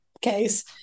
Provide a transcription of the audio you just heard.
case